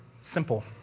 simple